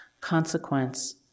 consequence